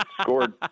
scored